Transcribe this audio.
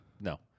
No